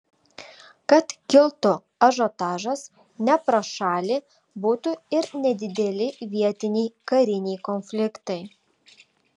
kad kiltų ažiotažas ne pro šalį būtų ir nedideli vietiniai kariniai konfliktai